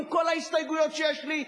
עם כל ההסתייגויות שיש לי,